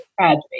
tragedy